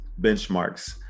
benchmarks